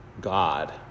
God